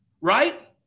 right